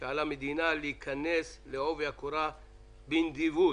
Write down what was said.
של המדינה להיכנס בעובי הקורה בנדיבות